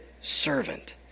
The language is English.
servant